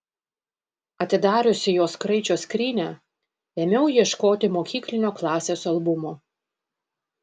atidariusi jos kraičio skrynią ėmiau ieškoti mokyklinio klasės albumo